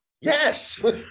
yes